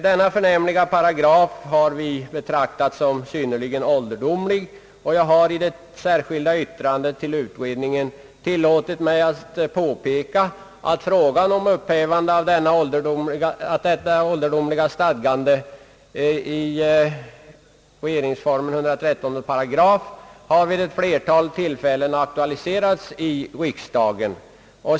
Denna förnämliga paragraf är synnerligen ålderdomlig, och jag har i det särskilda yttrandet till utredningen tillåtit mig påpeka: »Frågan om upphävande av det ålderdomliga stadgandet i RF 113 § har vid ett flertal tillfällen aktualiserats i riksdagen.